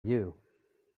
you